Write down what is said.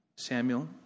Samuel